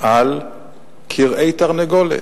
על כרעי תרנגולת,